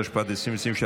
התשפ"ד 2023,